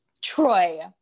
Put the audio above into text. troy